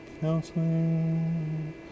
Counseling